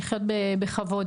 לחיות בכבוד.